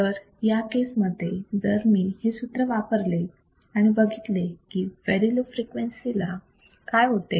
तर या केस मध्ये जर मी हे सूत्र वापरले आणि बघितले की व्हेरी लो फ्रिक्वेन्सी ला काय होते